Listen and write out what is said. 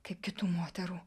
kaip kitų moterų